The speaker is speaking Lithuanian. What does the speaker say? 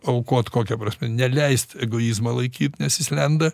aukot kokia prasme neleist egoizmo laikyt nes jis lenda